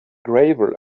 gravel